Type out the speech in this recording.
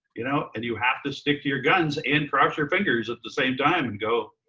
you know and you have to stick to your guns and cross your fingers at the same time, and go,